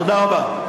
תודה רבה.